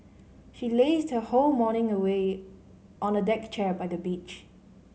she lazed her whole morning away on a deck chair by the beach